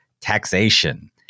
taxation